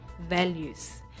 values